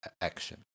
action